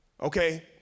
Okay